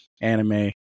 anime